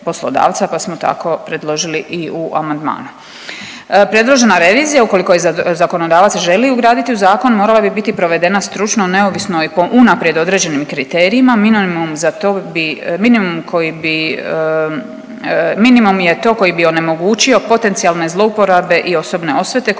pa smo tako predložili i u amandmanu. Predložena revizija ukoliko je zakonodavac želi ugraditi u zakon morala bi biti provedena stručno, neovisno i po unaprijed određenim kriterijima minimum je to koji bi onemogućio potencijalne zlouporabe i osobne osvete koji